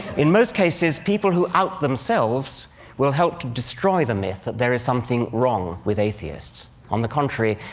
in most cases, people who out themselves will help to destroy the myth that there is something wrong with atheists. on the contrary,